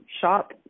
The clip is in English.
shop